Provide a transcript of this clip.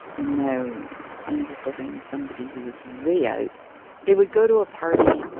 and now i was living with somebody who was way out they would go to a party,